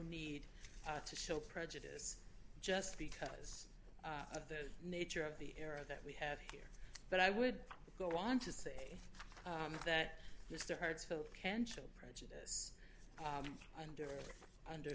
need to show prejudice just because of the nature of the error that we have here but i would go on to say that mr hartsfield can show prejudice under under